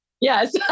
Yes